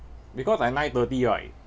because I nine thirty right